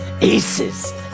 Aces